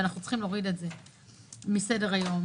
ואנחנו צריכים להוריד את זה מסדר היום.